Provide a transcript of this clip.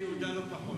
במחנה-יהודה לא פחות,